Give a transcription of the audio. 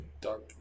Dark